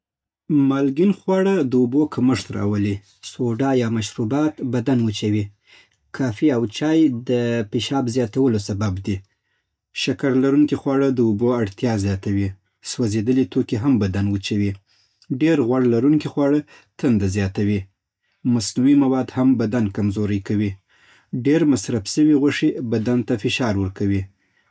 مالګین خواړه د اوبو کمښت راولي. سوډا او مشروبات بدن وچوي. کافي او چای د پیشاب زیاتولو سبب دي. شکر لرونکي خواړه د اوبو اړتیا زیاتوي. سوځېدلي توکي هم بدن وچوي. ډېر غوړ لرونکي خواړه تنده زیاتوي. مصنوعي مواد هم بدن کمزوروي. ډیر مصرف شوي غوښې بدن ته فشار ورکوي